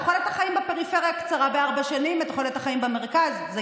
תוחלת החיים בפריפריה קצרה בארבע שנים מתוחלת החיים במרכז.